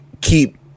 keep